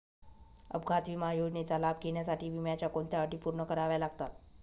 अपघात विमा योजनेचा लाभ घेण्यासाठी विम्याच्या कोणत्या अटी पूर्ण कराव्या लागतात?